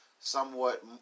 somewhat